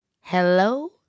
Hello